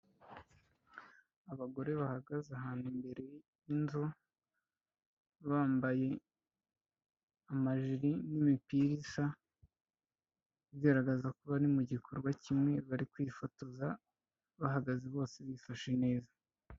Abagore bahagaze ahantu imbere y'inzu, bambaye amajire n'imipira isa, igaragaza ko bari mu gikorwa kimwe, bari kwifotoza bahagaze bose bifashe neza.